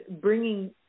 bringing